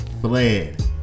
fled